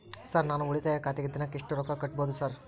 Sir ನಾನು ಉಳಿತಾಯ ಖಾತೆಗೆ ದಿನಕ್ಕ ಎಷ್ಟು ರೊಕ್ಕಾ ಕಟ್ಟುಬಹುದು ಸರ್?